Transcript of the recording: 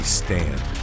stand